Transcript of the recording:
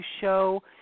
show